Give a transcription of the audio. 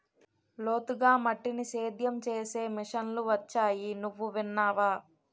లోతుగా మట్టిని సేద్యం చేసే మిషన్లు వొచ్చాయి నువ్వు విన్నావా?